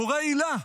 מורי היל"ה,